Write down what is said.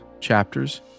chapters